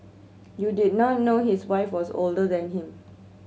you did not know his wife was older than him